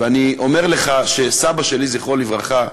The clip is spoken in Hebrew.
ואני אומר לך שסבא שלי, זכרו לברכה,